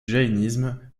jaïnisme